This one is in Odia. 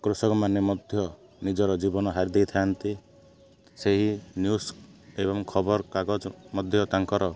କୃଷକମାନେ ମଧ୍ୟ ନିଜର ଜୀବନ ହାରିଦେଇଥାନ୍ତି ସେହି ନ୍ୟୁଜ୍ ଏବଂ ଖବରକାଗଜ ମଧ୍ୟ ତାଙ୍କର